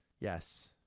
Yes